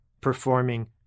performing